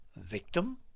victim